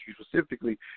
specifically